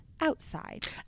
outside